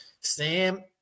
sam